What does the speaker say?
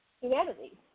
humanity